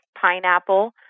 pineapple